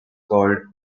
called